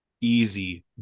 easy